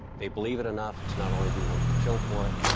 they believe it enough to not only be willing to kill for it.